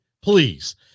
please